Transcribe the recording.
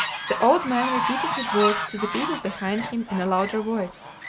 the old man repeated his words to the people behind him in a louder voice.